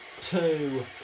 Two